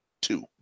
two